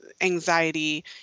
anxiety